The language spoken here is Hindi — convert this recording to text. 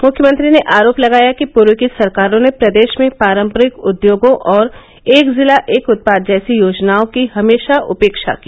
मुख्यमंत्री ने आरोप लगाया कि पूर्व की सरकारों ने प्रदेश में पारंपरिक उद्योगों और एक जिला एक उत्पाद जैसी योजनाओं की हमेशा उपेक्षा की